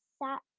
sat